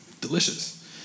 Delicious